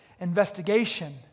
investigation